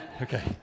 Okay